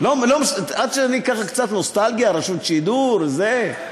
עד שאני ככה קצת, נוסטלגיה, רשות השידור, וזה?